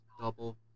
double